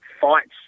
fights